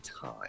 time